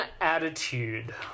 attitude